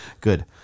Good